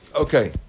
Okay